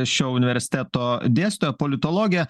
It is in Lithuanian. šio universiteto dėstytoja politologė